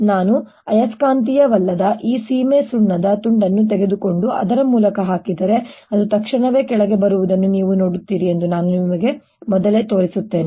ನಾನು ಅಯಸ್ಕಾಂತೀಯವಲ್ಲದ ಈ ಸೀಮೆಸುಣ್ಣದ ತುಂಡನ್ನು ತೆಗೆದುಕೊಂಡು ಅದರ ಮೂಲಕ ಹಾಕಿದರೆ ಅದು ತಕ್ಷಣವೇ ಕೆಳಗೆ ಬರುವುದನ್ನು ನೀವು ನೋಡುತ್ತೀರಿ ಎಂದು ನಾನು ನಿಮಗೆ ಮೊದಲು ತೋರಿಸುತ್ತೇನೆ